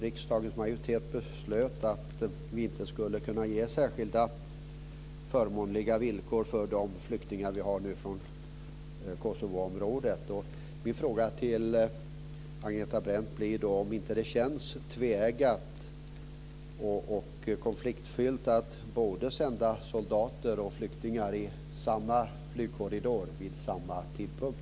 Riksdagens majoritet beslöt att vi inte skulle kunna ge särskilda förmånliga villkor för de flyktingar vi har från Min fråga till Agneta Brendt blir om det inte känns tveeggat och konfliktfyllt att sända både soldater och flyktingar i samma flygkorridor och vid samma tidpunkt.